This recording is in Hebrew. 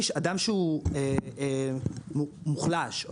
אדם מוחלש,